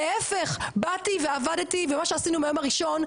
להיפך באתי ועבדתי ומה שעשינו ביום הראשון,